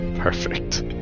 Perfect